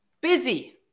Busy